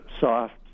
soft